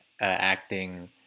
acting